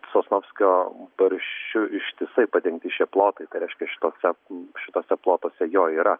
sosnovskio barščiu ištisai padengti šie plotai tai reiškia šitose šituose plotuose jo yra